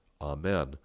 Amen